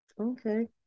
Okay